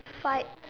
fight